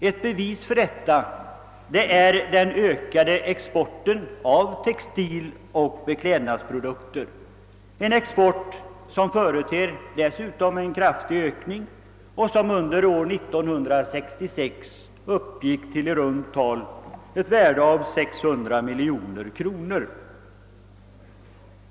Ett bevis för detta är exporten av textiloch bekläd nadsprodukter, som uppvisar en kraftig ökning och som under år 1966 uppgick till i runt tal 600 miljoner kronor.